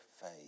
faith